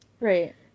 Right